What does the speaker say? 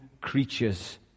creatures